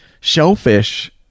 shellfish